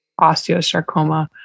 osteosarcoma